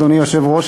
אדוני היושב-ראש,